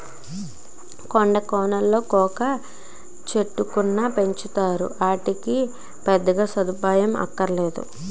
కొండా కోనలలో కోకా చెట్టుకును పెంచుతారు, ఆటికి పెద్దగా సదుపాయం అక్కరనేదు